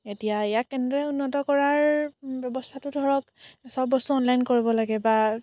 এতিয়া ইয়াক এনেদৰে উন্নত কৰাৰ ব্যৱস্থাটো ধৰক চব বস্তু অনলাইন কৰিব লাগে বা